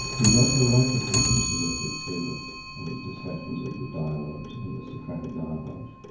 he does relate the producer's ethic to his discussions of the dialogues, and the socratic dialogues.